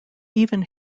even